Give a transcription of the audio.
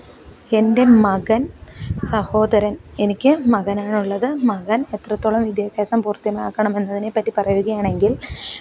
എന്റെ മകന് സഹോദരന് എനിക്ക് മകനാണുള്ളത് മകന് എത്രത്തോളം വിദ്യാഭ്യാസം പൂര്ത്ത്യമാക്കണം എന്നതിനെപ്പറ്റി പറയുകയാണെങ്കില്